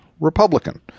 Republican